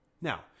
Now